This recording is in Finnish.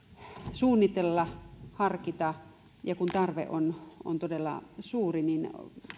suunnitella harkita ja koska tarve on on todella suuri